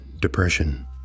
depression